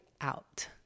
out